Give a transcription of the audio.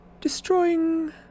Destroying